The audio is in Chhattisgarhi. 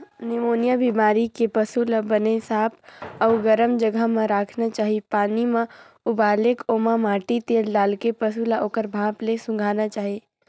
निमोनिया बेमारी के पसू ल बने साफ अउ गरम जघा म राखना चाही, पानी ल उबालके ओमा माटी तेल डालके पसू ल ओखर भाप ल सूंधाना चाही